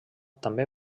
també